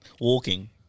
Walking